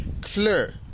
clear